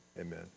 amen